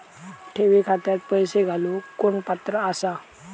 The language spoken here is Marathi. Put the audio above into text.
ठेवी खात्यात पैसे घालूक कोण पात्र आसा?